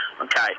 Okay